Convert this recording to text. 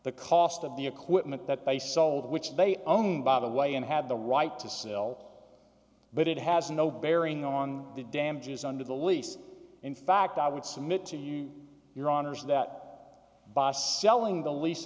the cost of the equipment that they sold which they own by the way and have the right to sell but it has no bearing on the damages under the lease in fact i would submit to you your honour's that by selling the lease